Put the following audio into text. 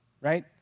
right